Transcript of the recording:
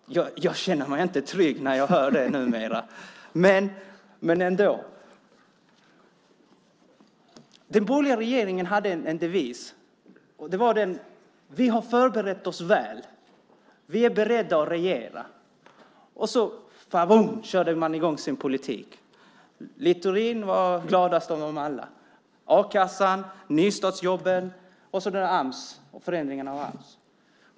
Jag känner mig inte trygg numera när jag hör dig, Sven Otto Littorin! Den borgerliga regeringen hade följande devis: Vi har förberett oss väl. Vi är beredda att regera. Men så - favong! - körde man i gång med sin politik. Littorin var gladast av dem alla. Vi har ju detta med a-kassan, nystartsjobben och förändringen av Ams.